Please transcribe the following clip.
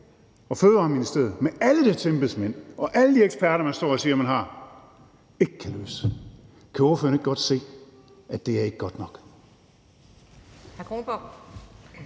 og Fødevareministeriet med alle dets embedsmænd og alle de eksperter, man står og siger man har, ikke kan løse. Kan spørgeren ikke godt se, at det ikke er godt nok?